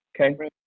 okay